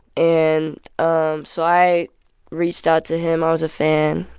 and um so i reached out to him. i was a fan.